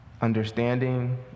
understanding